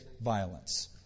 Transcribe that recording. violence